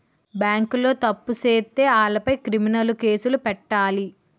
బేంకోలు తప్పు సేత్తే ఆలపై క్రిమినలు కేసులు పెట్టాలి